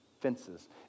fences